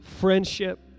friendship